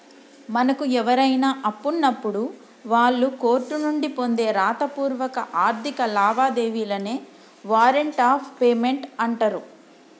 మనకు ఎవరైనా అప్పున్నప్పుడు వాళ్ళు కోర్టు నుండి పొందే రాతపూర్వక ఆర్థిక లావాదేవీలనే వారెంట్ ఆఫ్ పేమెంట్ అంటరు